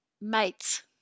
mates